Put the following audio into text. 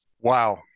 Wow